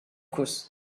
course